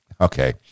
okay